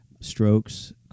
strokes